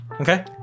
okay